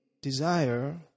Desire